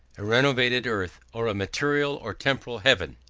a renovated earth, or a material or temporal heaven.